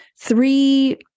Three